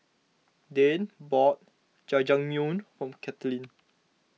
Dayne bought Jajangmyeon for Katlyn